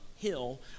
hill